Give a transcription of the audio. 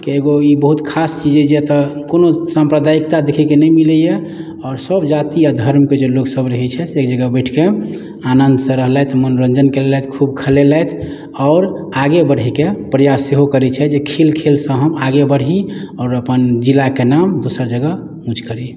के एगो ई बहुत खास चीज अइ जे एतय कोनो साम्प्रदायिकता देखयके नहि मिलैए आओर सभ जाति आ धर्मके जे लोकसभ रहैत छै से एक जगह बैठि कऽ आनन्दसँ रहलथि मनोरञ्जन केलथि खूब खेलेलथि आओर आगे बढ़यके प्रयास सेहो करैत छथि जे खेल खेलसँ हम आगे बढ़ी आओर अपन जिलाके नाम दोसर जगह ऊँच करी